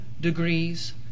degrees